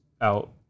out